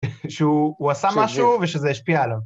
שהוא עשה משהו ושזה השפיע עליו